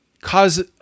cause